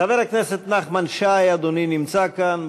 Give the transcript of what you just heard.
חבר הכנסת נחמן שי, אדוני נמצא כאן.